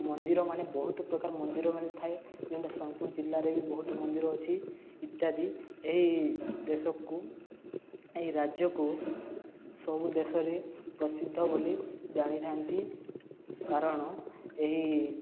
ମନ୍ଦିର ମାନେ ବହୁତ ପ୍ରକାର ମନ୍ଦିର ମାନେ ଥାଏ ଯେଉଁଟା ସୋନପୁର ଜିଲ୍ଲାରେ ବି ବହୁତ ମନ୍ଦିର ଅଛି ଇତ୍ୟାଦି ଏହି ଦେଶକୁ ଏହି ରାଜ୍ୟକୁ ସବୁ ଦେଶରେ ପ୍ରସିଦ୍ଧ ବୋଲି ଜାଣିଥାନ୍ତି କାରଣ ଏହି